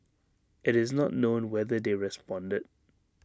IT is not known whether they responded